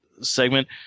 segment